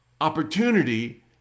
opportunity